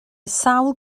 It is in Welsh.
sawl